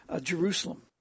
Jerusalem